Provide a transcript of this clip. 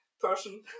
person